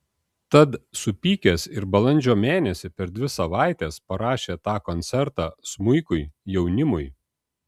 tad supykęs ir balandžio mėnesį per dvi savaites parašė tą koncertą smuikui jaunimui